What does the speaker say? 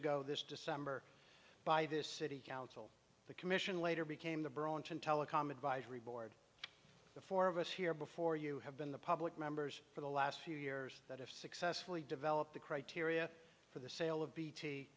ago this december by this city council the commission later became the burlington telecom advisory board the four of us here before you have been the public members for the last few years that have successfully developed the criteria for the sale of b